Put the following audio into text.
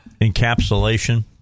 encapsulation